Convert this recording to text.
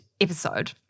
episode